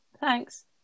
Thanks